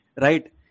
right